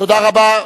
תודה רבה.